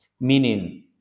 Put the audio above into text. meaning